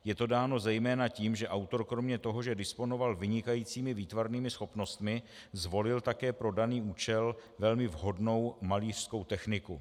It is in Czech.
Je to dáno zejména tím, že autor kromě toho, že disponoval vynikajícími výtvarnými schopnostmi, zvolil také pro daný účel velmi vhodnou malířskou techniku.